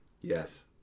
yes